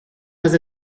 was